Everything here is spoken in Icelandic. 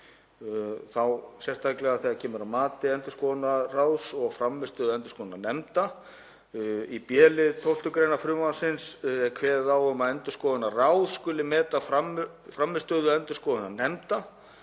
þá sérstaklega þegar kemur að mati endurskoðendaráðs og frammistöðu endurskoðunarnefnda. Í b-lið 12. gr. frumvarpsins er kveðið á um að endurskoðendaráð skuli meta frammistöðu endurskoðunarnefnda.